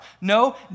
No